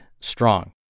strong